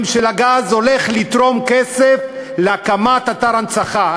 של הגז הולך לתרום כסף להקמת אתר הנצחה.